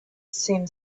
seemed